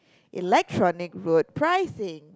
Electronic Road Pricing